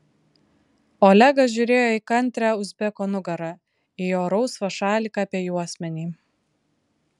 olegas žiūrėjo į kantrią uzbeko nugarą į jo rausvą šaliką apie juosmenį